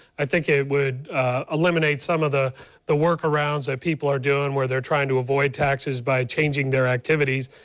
i think it would eliminate some of the the work-arounds that people are doing where they're trying to avoid taxes by changing their activity.